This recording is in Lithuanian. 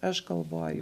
aš galvoju